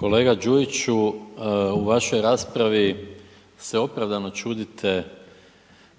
Kolega Đujiću, u vašoj raspravi se opravdano čudite